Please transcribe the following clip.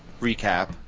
recap